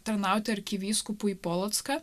tarnauti arkivyskupui į polocką